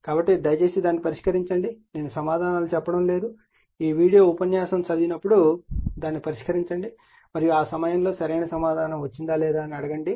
కాబట్టి దయచేసి దాన్ని పరిష్కరించండి నేను సమాదానాలు చెప్పడం లేదు ఈ వీడియో ఉపన్యాసం చదివినప్పుడు దాన్ని పరిష్కరించండి మరియు ఆ సమయంలో సరైన సమాధానం వచ్చిందా లేదా అని అడగండి